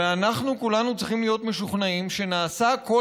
ואנחנו כולנו צריכים להיות משוכנעים שנעשה כל